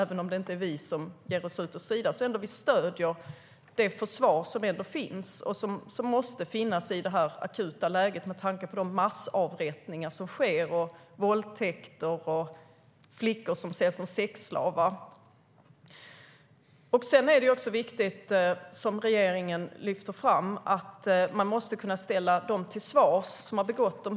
Även om det inte är vi som ger oss ut och strider stöder vi det försvar som finns och som måste finnas i det här akuta läget, med tanke på de massavrättningar och våldtäkter som sker och de flickor som säljs som sexslavar. Som regeringen lyfter fram är det också viktigt att kunna ställa dem som har begått dessa brott till svars.